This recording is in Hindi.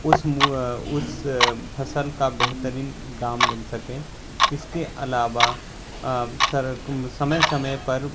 उस उस फसल का बेहतरीन दाम मिल सकें इसके अलावा समय समय पर